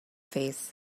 face